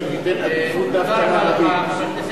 שתיתן עדיפות דווקא לערבים.